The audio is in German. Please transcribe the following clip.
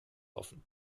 offen